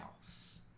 house